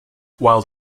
while